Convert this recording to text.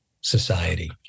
society